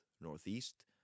northeast